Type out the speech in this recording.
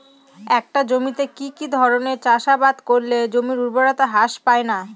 একটা জমিতে কি কি ধরনের চাষাবাদ করলে জমির উর্বরতা হ্রাস পায়না?